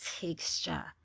texture